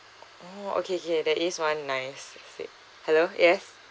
oh okay okay there is one nice sweet hello yes